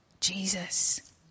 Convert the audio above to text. Jesus